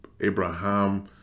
abraham